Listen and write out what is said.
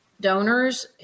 donors